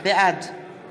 בעד